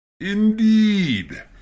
indeed